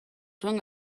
zuen